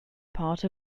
part